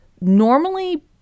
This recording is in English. Normally